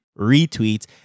retweets